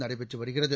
நடைபெற்று வருகிறது